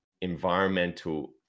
environmental